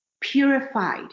purified